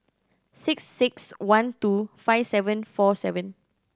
six six one two five seven four seven